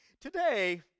Today